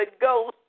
Ghost